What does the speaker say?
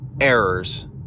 errors